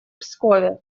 пскове